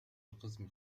القسم